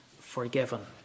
forgiven